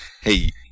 Hey